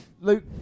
Luke